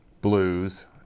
blues